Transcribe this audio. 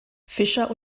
fischer